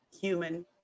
human